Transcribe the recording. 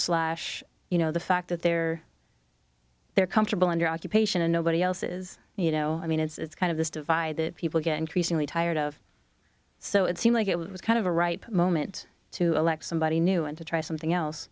slash you know the fact that they're they're comfortable under occupation and nobody else's you know i mean it's kind of this divide that people get increasingly tired of so it seems like it was kind of the right moment to elect somebody new and to try something else